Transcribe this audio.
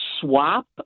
swap